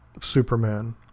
Superman